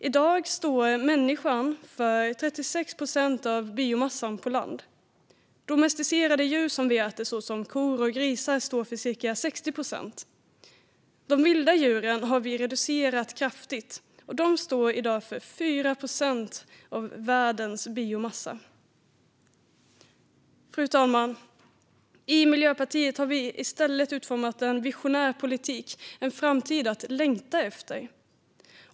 I dag står människan för 36 procent av biomassan på land, medan domesticerade djur som vi äter, såsom kor och grisar, står för ca 60 procent. De vilda djuren har vi reducerat kraftigt, och de står i dag för 4 procent av världens biomassa. Fru talman! I Miljöpartiet har vi i stället utformat en visionär politik, en framtid att längta efter.